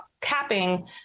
capping